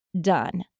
done